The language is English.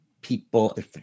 people